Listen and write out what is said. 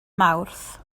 mawrth